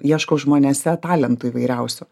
ieškau žmonėse talentų įvairiausių